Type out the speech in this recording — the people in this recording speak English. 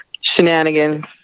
shenanigans